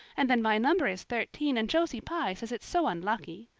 and then my number is thirteen and josie pye says it's so unlucky.